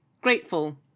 grateful